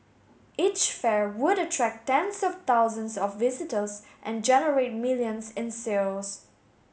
each fair would attract tens of thousands of visitors and generate millions in sales